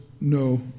no